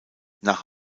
nach